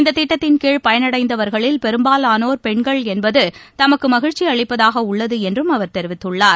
இந்ததிட்டத்தின்கீழ் பயனடைந்தவர்களில் பெரும்பாலானோர் மகளிர் என்பதுதமக்குமகிழ்ச்சிஅளிப்பதாகஉள்ளதுஎன்றும் அவர் தெரிவித்துள்ளார்